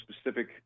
specific